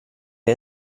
der